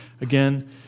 again